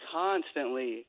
constantly